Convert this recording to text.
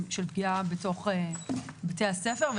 פגיעה בתוך בתי הספר.